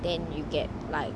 then you get like